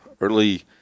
early